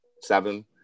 seven